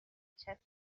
chest